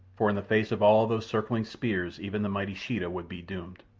for in the face of all those circling spears even the mighty sheeta would be doomed.